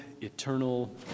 eternal